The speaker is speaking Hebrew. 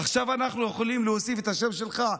עכשיו אנחנו יכולים להוסיף את השם שלך,